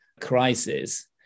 crisis